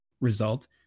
result